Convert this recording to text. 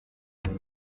minsi